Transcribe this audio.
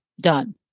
done